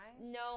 No